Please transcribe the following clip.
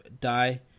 die